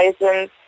license